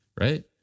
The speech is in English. right